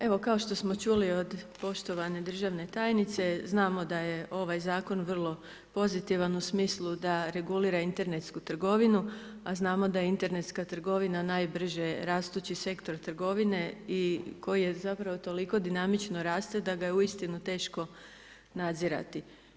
Evo kao što smo čuli od poštovane državne tajnice, znamo da je ovaj zakon vrlo pozitivan u smislu da regulira internetsku trgovinu a znamo da je internetska trgovina najbrže rastući sektor trgovine i koji je zapravo toliko dinamično raste da ga je uistinu teško nadzirati.